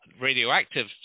radioactive